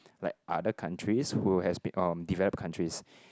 like other countries who has been um developed countries